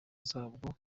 zabwo